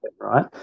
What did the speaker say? right